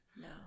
No